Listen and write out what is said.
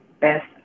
best